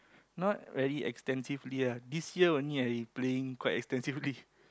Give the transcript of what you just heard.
not very extensively lah this year only I playing quite extensively